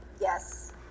yes